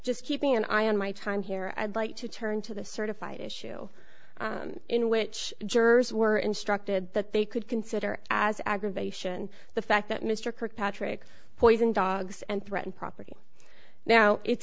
just keeping an eye on my time here i'd like to turn to the certified issue in which jurors were instructed that they could consider as aggravation the fact that mr kirkpatrick poisoned dogs and threaten property now it's